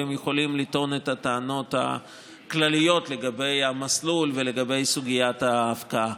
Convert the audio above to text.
והם יכולים לטעון את הטענות הכלליות לגבי המסלול ולגבי סוגיית ההפקעה.